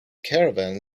caravan